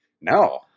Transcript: no